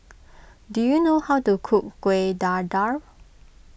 do you know how to cook Kueh Dadar